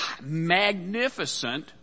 magnificent